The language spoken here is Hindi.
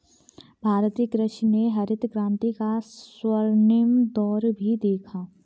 भारतीय कृषि ने हरित क्रांति का स्वर्णिम दौर भी देखा